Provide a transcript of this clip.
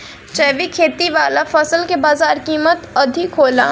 जैविक खेती वाला फसल के बाजार कीमत अधिक होला